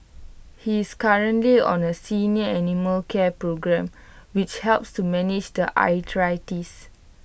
he's currently on A senior animal care programme which helps to manage the arthritis